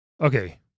Okay